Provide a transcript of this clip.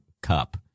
cup